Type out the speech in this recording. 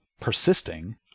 persisting